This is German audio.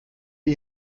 wir